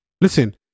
Listen